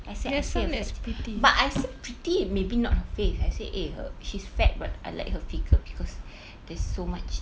I say I say a fat chick but I say pretty maybe not her face as I said eh uh she's fat but I like her figure because there's so much